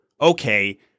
okay